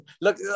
look